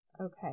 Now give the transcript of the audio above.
Okay